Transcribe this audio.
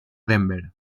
denver